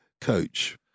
coach